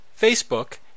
Facebook